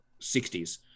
60s